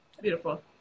Beautiful